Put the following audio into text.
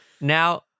Now